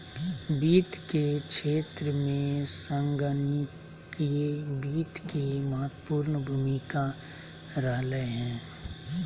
वित्त के क्षेत्र में संगणकीय वित्त के महत्वपूर्ण भूमिका रहलय हें